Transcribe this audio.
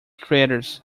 craters